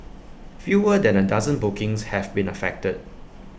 fewer than A dozen bookings have been affected